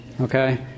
Okay